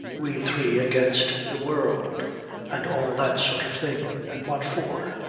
we three against the world and all that sort of thing. and what for.